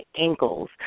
ankles